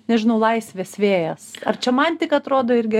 nežinau laisvės vėjas ar čia man tik atrodo irgi